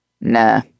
Nah